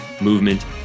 movement